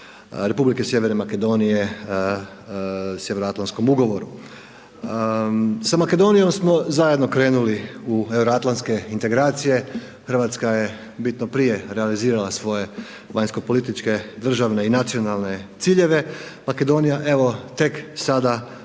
Republike Sjeverne Makedonije Sjevernoatlantskom ugovoru. Sa Makedonijom smo zajedno krenuli u euroatlantske integracije, Hrvatska je bitno prije realizirala svoje vanjsko-političke, državne i nacionalne ciljeve, Makedonija evo tek sada